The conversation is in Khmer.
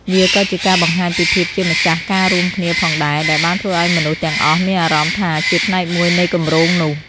វាក៏ជាការបង្ហាញពីភាពជាម្ចាស់ការរួមគ្នាផងដែរ ដែលបានធ្វើឲ្យមនុស្សទាំងអស់មានអារម្មណ៍ថាជាផ្នែកមួយនៃគម្រោងនោះ។